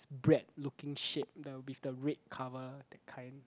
bread looking shape the with the red cover that kind